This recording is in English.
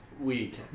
week